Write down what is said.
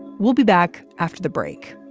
we'll be back after the break